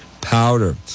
powder